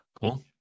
cool